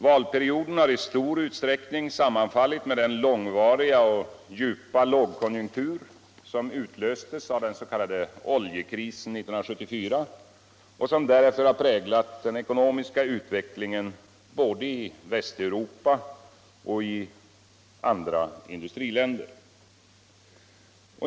Valperioden har i stor utsträckning sammanfallit med den långvariga och djupa lågkonjunktur som utlöstes av den s.k. oljekrisen 1974 och som därefter har präglat den ekonomiska utvecklingen både i Västeuropa och i industriländer i andra delar av världen.